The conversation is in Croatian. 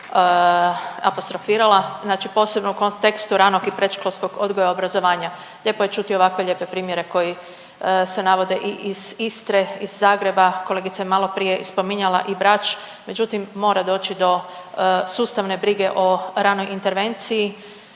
apostrofirala, znači posebno u kontekstu ranog i predškolskog odgoja i obrazovanja. Lijepo je čuti ovakve lijepe primjere koji se navode i iz Istre, iz Zagreba, kolegica je maloprije i spominjala i Brač, međutim mora doći do sustavne brige o ranoj intervenciji